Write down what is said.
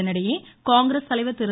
இதனிடையே காங்கிரஸ் தலைவர் திரு